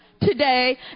today